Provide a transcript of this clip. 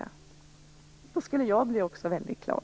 I så fall skulle också jag bli väldigt glad.